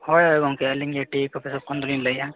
ᱦᱳᱭ ᱜᱚᱢᱠᱮ ᱟᱹᱞᱤᱧᱜᱮ ᱴᱤ ᱠᱚᱯᱷᱤ ᱥᱚᱯ ᱠᱷᱚᱱ ᱫᱚᱞᱤᱧ ᱞᱟᱹᱭᱮᱫᱼᱟ